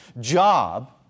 job